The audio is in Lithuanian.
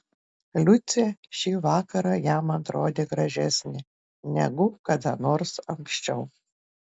liucė šį vakarą jam atrodė gražesnė negu kada nors anksčiau